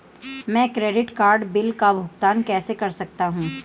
मैं credit card bill का भुगतान कैसे कर सकता हूं?